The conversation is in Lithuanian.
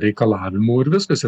reikalavimų ir viskas ir